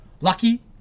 Lucky